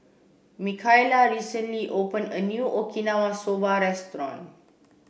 Mikaila recently opened a new Okinawa Soba restaurant